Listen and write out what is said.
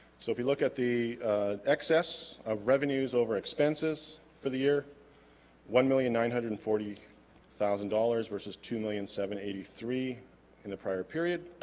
so if you look at the excess of revenues over expenses for the year one million nine hundred and forty thousand dollars versus two million seven eighty three in the prior period